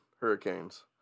hurricanes